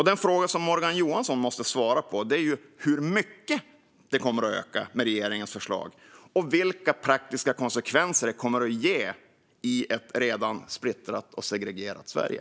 Den fråga som Morgan Johansson måste svara på är hur mycket den kommer att öka med regeringens förslag och vilka praktiska konsekvenser detta kommer ge i ett redan splittrat och segregerat Sverige.